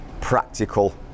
practical